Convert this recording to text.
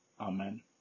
Amen